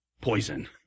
poison